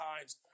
times